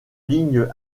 ligne